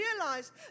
realized